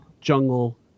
jungle